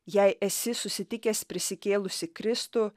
jei esi susitikęs prisikėlusį kristų